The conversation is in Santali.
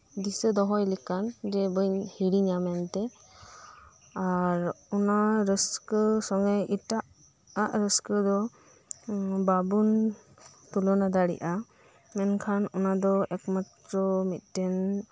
ᱫᱤᱥᱟᱹ ᱫᱚᱦᱚᱭ ᱞᱮᱠᱟᱱ ᱡᱮ ᱵᱟᱹᱧ ᱦᱤᱲᱤᱧᱟ ᱢᱮᱱᱛᱮ ᱟᱨ ᱚᱱᱟ ᱨᱟᱹᱥᱠᱟᱹ ᱥᱚᱸᱜᱮᱜ ᱮᱴᱟᱜ ᱟᱜ ᱨᱟᱹᱥᱠᱟᱹᱫᱚ ᱵᱟᱵᱩᱱ ᱛᱩᱞᱚᱱᱟ ᱫᱟᱲᱤᱜᱼᱟ ᱢᱮᱱᱠᱷᱟᱱ ᱚᱱᱟᱫᱚ ᱮᱠᱢᱟᱛᱨᱚ ᱢᱤᱫᱴᱮᱱ